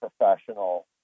professional